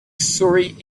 surrey